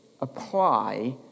apply